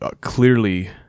clearly